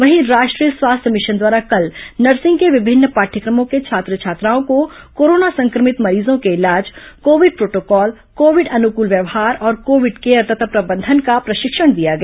वहीं राष्ट्रीय स्वास्थ्य मिशन द्वारा कल नर्सिंग के विभिन्न पाठ्यक्रमों के छात्र छात्राओं को कोरोना संक्रमित मरीजों के इलाज कोविड प्रोटोकॉल कोविड अनुकूल व्यवहार और कोविड केयर तथा प्रबंधन का प्रशिक्षण दिया गया